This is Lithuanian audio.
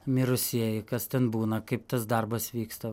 mirusieji kas ten būna kaip tas darbas vyksta